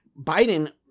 Biden